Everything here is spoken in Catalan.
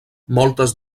moltes